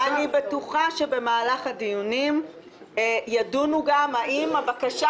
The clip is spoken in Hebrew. אני בטוחה שבמהלך הדיונים ידונו בשאלה האם הבקשה